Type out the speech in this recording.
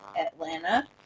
Atlanta